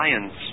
science